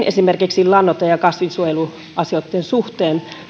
esimerkiksi lannoite ja kasvinsuojeluasioitten suhteen